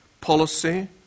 policy